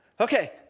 Okay